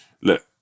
look